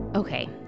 Okay